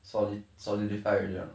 solid~ solidify already or not